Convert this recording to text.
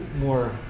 more